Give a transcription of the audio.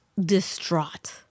distraught